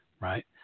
Right